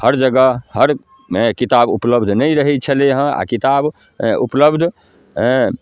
हर जगह हर हेँ किताब उपलब्ध नहि रहै छलै हँ आओर किताब उपलब्ध अँए